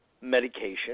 medication